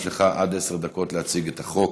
יש לך עד עשר דקות להציג את החוק.